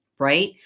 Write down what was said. right